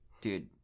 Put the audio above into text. dude